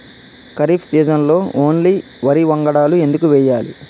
ఖరీఫ్ సీజన్లో ఓన్లీ వరి వంగడాలు ఎందుకు వేయాలి?